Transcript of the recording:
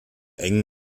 eng